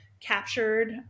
captured